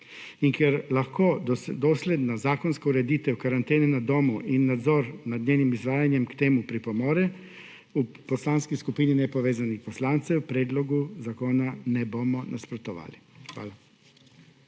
In ker lahko dosledna zakonska ureditev karantene na domu in nadzor nad njenim izvajanjem k temu pripomore, v Poslanski skupini nepovezanih poslancev predlogu zakona ne bomo nasprotovali. Hvala.